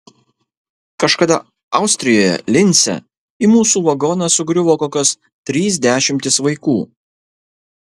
kažkada austrijoje lince į mūsų vagoną sugriuvo kokios trys dešimtys vaikų